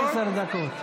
דקות?